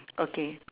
okay